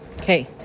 Okay